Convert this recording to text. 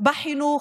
בחינוך,